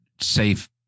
safe